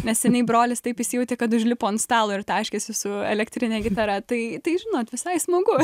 neseniai brolis taip įsijautė kad užlipo ant stalo ir taškėsi su elektrine gitara tai tai žinot visai smagu